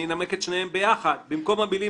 אנמק גם את הסתייגות 29 ביחד: במקום המילים